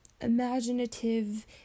imaginative